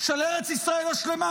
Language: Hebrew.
של ארץ ישראל השלמה.